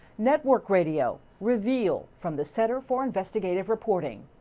network radio reveal from the center for investigative reporting.